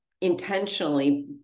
intentionally